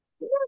Yes